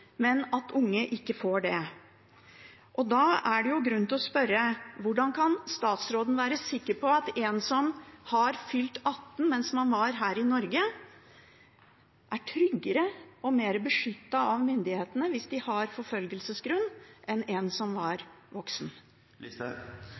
men at unge ikke får det. Da er det grunn til å spørre: Hvordan kan statsråden være sikker på at en som har fylt 18 år mens han var her i Norge, er tryggere og mer beskyttet av myndighetene, hvis de har forfølgelsesgrunn, enn en som